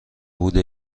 بوده